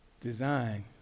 Design